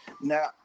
now